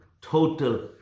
total